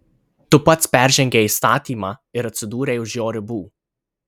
tu pats peržengei įstatymą ir atsidūrei už jo ribų